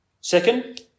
Second